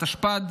2024 התשפ"ד,